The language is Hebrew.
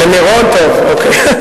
למירון, טוב, אוקיי.